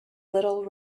little